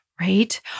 right